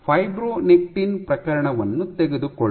fibronectin ಪ್ರಕರಣವನ್ನು ತೆಗೆದುಕೊಳ್ಳೋಣ